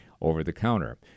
over-the-counter